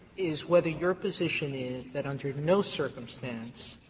is whether your position is that under no circumstance,